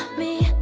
me